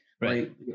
Right